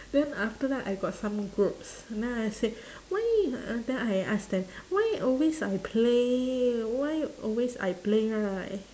then after that I got some groups then I said why uh then I ask them why always I play why always I play right